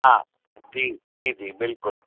हा जी जी जी बिल्कुलु